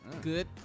good